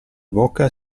boca